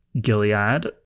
Gilead